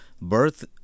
birth